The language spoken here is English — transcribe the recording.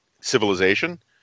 civilization